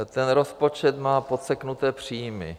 Ten rozpočet má podseknuté příjmy.